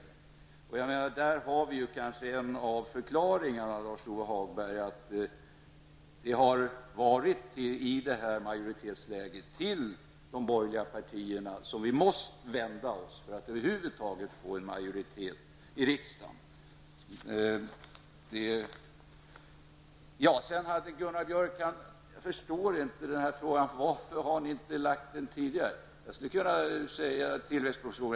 Där har vi kanske, Lars-Ove Hagberg, en förklaring till att vi i det majoritetsläge som råder har varit tvungna att vända oss till de borgerliga partierna för att över huvud taget få majoritet i riksdagen för förslagen. Gunnar Björk förstod inte varför vi inte tidigare har lagt fram tillväxtpropositionen.